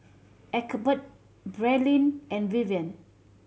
Egbert Braelyn and Vivian